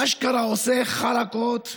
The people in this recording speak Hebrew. אשכרה עושה חרקות,